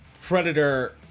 predator